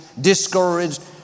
discouraged